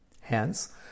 Hence